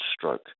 stroke